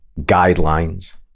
guidelines